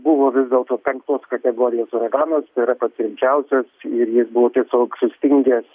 buvo vis dėlto penktos kategorijos uraganas tai yra pats rimčiausias ir jis buvo taip toks sustingęs